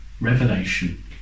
Revelation